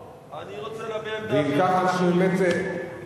אני רוצה להביע עמדה אחרת לעמדתכם.